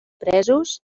presos